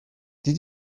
did